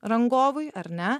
rangovui ar ne